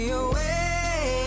away